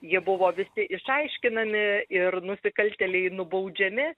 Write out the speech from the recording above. jie buvo visi išaiškinami ir nusikaltėliai nubaudžiami